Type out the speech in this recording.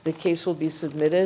the case will be submitted